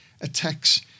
attacks